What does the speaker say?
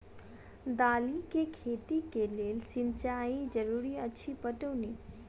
दालि केँ खेती केँ लेल सिंचाई जरूरी अछि पटौनी?